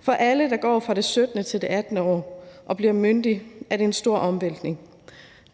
For alle, der går fra det 17. til det 18. år og bliver myndig, er det en stor omvæltning.